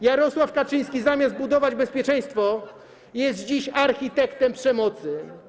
Jarosław Kaczyński, zamiast budować bezpieczeństwo, jest dziś architektem przemocy.